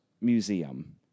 museum